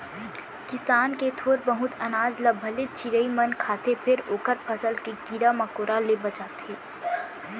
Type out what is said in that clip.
किसान के थोर बहुत अनाज ल भले चिरई मन खाथे फेर ओखर फसल के कीरा मकोरा ले बचाथे